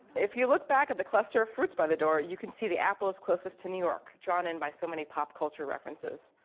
if you look back by the cluster of fruits by the door, you can see the apples closest to new york, drawn in by so many pop culture references.